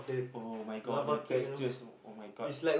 [oh]-my-god the texture [oh]-my-god